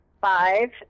five